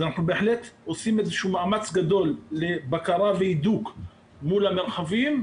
אז אנחנו בהחלט עושים מאמץ גדול לבקרה והידוק מול המרחבים,